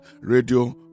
Radio